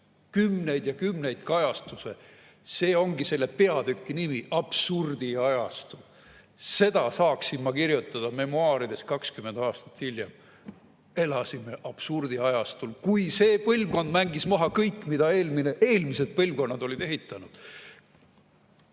kümneid ja kümneid kajastusi. See [peakski olema] selle peatüki nimi: "Absurdiajastu". Seda saaksin ma kirjutada memuaarides 20 aastat hiljem: elasime absurdiajastul, kui see põlvkond mängis maha kõik, mida eelmised põlvkonnad olid ehitanud.